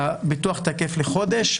הביטוח תקף לחודש,